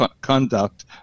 conduct